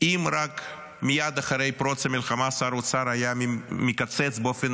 אם רק מייד אחרי פרוץ המלחמה שר האוצר היה מקצץ באופן